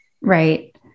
Right